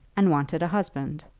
and wanted a husband!